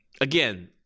again